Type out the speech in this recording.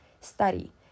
study